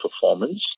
performance